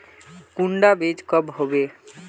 कुंडा बीज कब होबे?